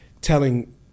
telling